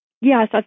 Yes